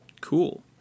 Cool